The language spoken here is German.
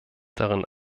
darin